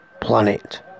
planet